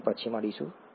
આપણે પછી મળીશું